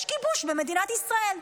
יש כיבוש במדינת ישראל.